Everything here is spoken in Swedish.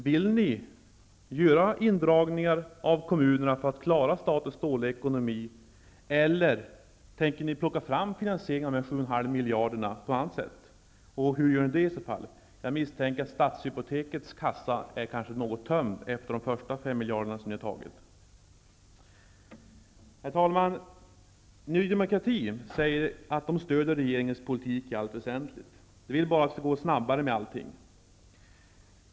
Vill ni göra indragningar från kommunerna för att klara statens dåliga ekonomi eller kan ni ordna finansieringen av de 7,5 miljarderna på annat sätt? Och hur gör ni i så fall? Jag misstänker att Stadshypoteks kassa är ganska tom efter det att ni har tagit dessa första 5 miljarder. Herr talman! Ny demokrati säger att partiet stöder regeringens politik i allt väsentligt. Man vill bara att det skall gå snabbare med allting.